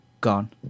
gone